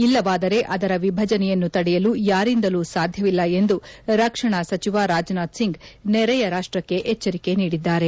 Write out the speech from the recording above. ಇಲ್ಲವಾದರೆ ಅದರ ವಿಭಜನೆಯನ್ನು ತಡೆಯಲು ಯಾರಿಂದಲೂ ಸಾಧ್ಯವಿಲ್ಲ ಎಂದು ರಕ್ಷಣಾ ಸಚಿವ ರಾಜನಾಥ್ಸಿಂಗ್ ನೆರೆಯ ರಾಷ್ಲಕ್ಷ ಎಚ್ಲರಿಕೆ ನೀಡಿದ್ದಾರೆ